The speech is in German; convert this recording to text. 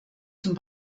zum